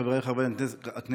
חבריי חברי הכנסת,